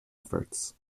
efforts